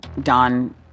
Don